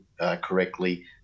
correctly